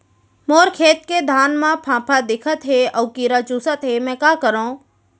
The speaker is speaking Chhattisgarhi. मोर खेत के धान मा फ़ांफां दिखत हे अऊ कीरा चुसत हे मैं का करंव?